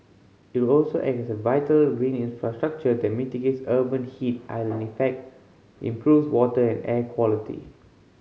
it will also act as a vital green infrastructure that mitigates urban heat island effect improves water and air quality